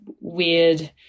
weird